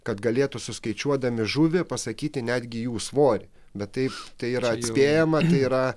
kad galėtų suskaičiuodami žuvį pasakyti netgi jų svorį bet taip tai yra atspėjama tai yra